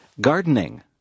gardening